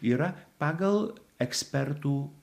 yra pagal ekspertų